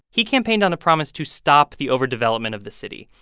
he campaigned on a promise to stop the overdevelopment of the city.